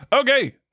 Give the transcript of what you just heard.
okay